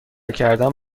کردن